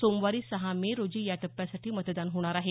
सोमवारी सहा मे रोजी या टप्प्यासाठी मतदान होणार आहे